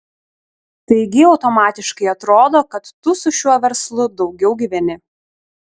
taigi automatiškai atrodo kad tu su šiuo verslu daugiau gyveni